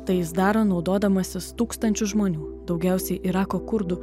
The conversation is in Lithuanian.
tai jis daro naudodamasis tūkstančiu žmonių daugiausiai irako kurdų